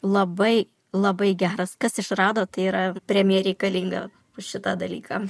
labai labai geras kas išrado tai yra premija reikalinga už šitą dalyką